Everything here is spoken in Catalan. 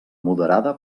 moderada